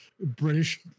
British